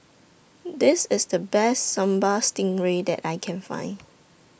This IS The Best Sambal Stingray that I Can Find